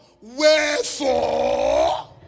Wherefore